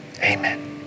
Amen